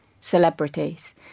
celebrities